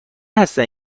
هستن